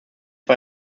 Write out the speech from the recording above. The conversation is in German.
war